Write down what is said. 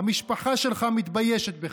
המשפחה שלך מתביישת בך.